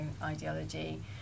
ideology